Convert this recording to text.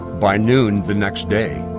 by noon the next day,